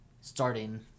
starting